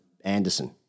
Anderson